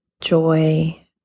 joy